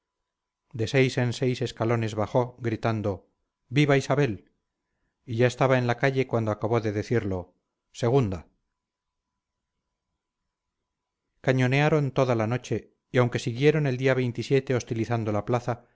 de seis en seis escalones bajó gritando viva isabel y ya estaba en la calle cuando acabó de decirlo segunda cañonearon toda la noche y aunque siguieron el día hostilizando la plaza